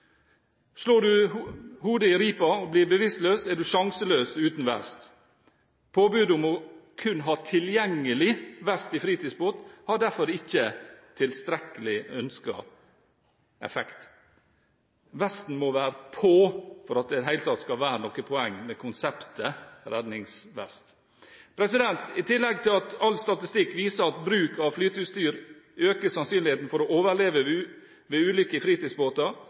Slår en hodet i ripa og blir bevisstløs, er en sjanseløs uten vest. Påbudet om kun å ha tilgjengelig vest i fritidsbåt har derfor ikke tilstrekkelig ønsket effekt. Vesten må være på for at det i hele tatt skal være noe poeng med konseptet redningsvest. I tillegg til at all statistikk viser at bruk av flyteutstyr øker sannsynligheten for å overleve ved ulykker i fritidsbåter,